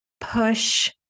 push